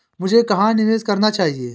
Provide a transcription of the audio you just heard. मुझे कहां निवेश करना चाहिए?